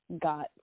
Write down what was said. got